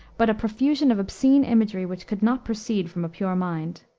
but a profusion of obscene imagery which could not proceed from a pure mind.